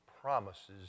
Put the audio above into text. promises